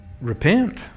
repent